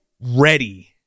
ready